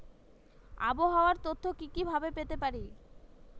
আবহাওয়ার তথ্য কি কি ভাবে পেতে পারি?